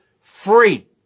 free